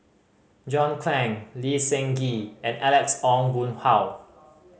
John Clang Lee Seng Gee and Alex Ong Boon Hau